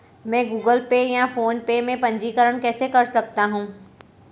मैं Google Pay या PhonePe में पंजीकरण कैसे कर सकता हूँ?